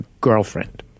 girlfriend